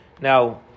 Now